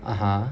(uh huh)